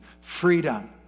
freedom